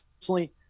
personally –